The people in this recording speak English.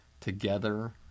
Together